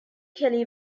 kelly